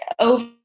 over